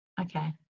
Okay